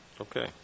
okay